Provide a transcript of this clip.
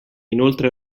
inoltre